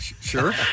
Sure